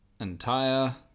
entire